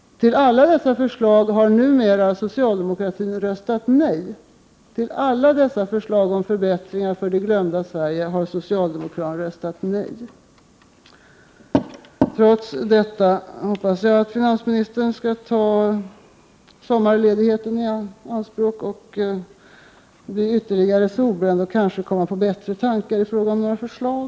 Till alla dessa förslag har numera socialdemokraterna röstat nej. Till alla dessa förslag om förbättringar för det glömda Sverige har socialdemokraterna röstat nej. Trots detta hoppas jag att finansministern skall ta sommarledigheten i anspråk, bli ytterligare solbränd och kanske komma på bättre tankar i fråga om våra förslag.